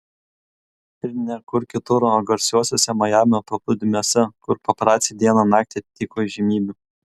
ir ne kur kitur o garsiuosiuose majamio paplūdimiuose kur paparaciai dieną naktį tyko įžymybių